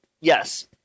yes